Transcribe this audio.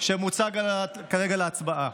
שמוצג כרגע להצבעה,